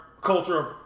culture